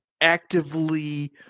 actively